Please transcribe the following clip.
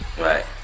Right